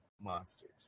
monsters